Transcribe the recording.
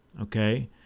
okay